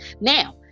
Now